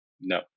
No